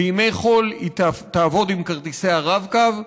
בימי חול היא תעבוד עם כרטיסי הרב-קו.